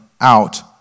out